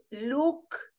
look